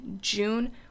June